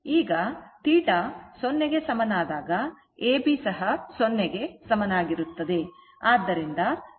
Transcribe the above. ಈಗ θ 0 ಗೆ ಸಮನಾದಾಗ AB 0 ಗೆ ಸಮನಾಗಿರುತ್ತದೆ